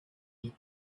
need